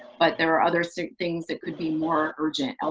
but there are other so things that could be more urgent, ah